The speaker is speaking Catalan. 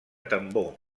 tambor